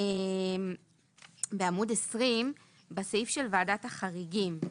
בעמוד 20 בסעיף של ועדת החריגים.